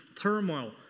turmoil